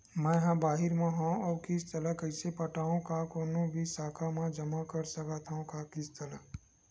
मैं हा बाहिर मा हाव आऊ किस्त ला कइसे पटावव, का कोनो भी शाखा मा जमा कर सकथव का किस्त ला?